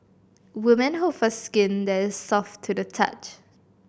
woman hope for skin that is soft to the touch